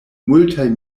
multaj